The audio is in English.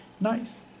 nice